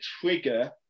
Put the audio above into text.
trigger